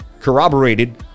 corroborated